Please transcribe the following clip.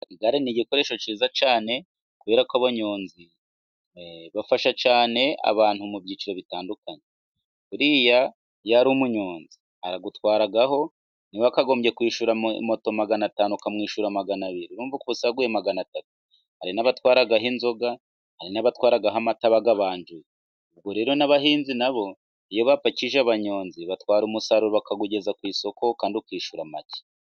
Igare ni igikoresho cyiza cyane kubera ko abanyonzi bafasha cyane abantu mu byiciro bitandukanye ,buriya iyo ari umunyonzi aragutwaraho niba wakagombye kwishyura moto magana atanu ,ukamwishyura magana abiri, urumva uba usaguye magana atatu, hari n'abatwaraho inzoga ,hari n'abatwara nk' amata bayabanjuye, ubwo rero n'abahinzi na bo iyo bapakije abanyonzi batwara umusaruro bakawugeza ku isoko ,kandi ukishyura make.